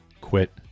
quit